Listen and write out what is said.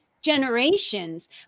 generations